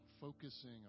focusing